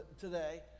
today